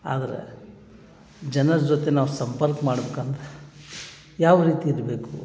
ಆದ್ರೆ ಜನರ ಜೊತೆ ನಾವು ಸಂಪರ್ಕ ಮಾಡ್ಬೇಕಂದ್ರೆ ಯಾವ ರೀತಿ ಇರಬೇಕು